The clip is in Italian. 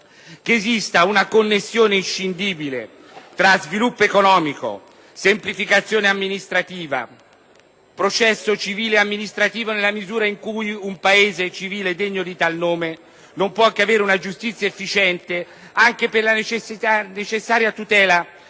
che esiste una connessione inscindibile tra sviluppo economico, semplificazione amministrativa e processo civile e amministrativo, nella misura in cui un Paese civile e degno di tal nome non può che avere una giustizia efficiente, anche per la necessaria tutela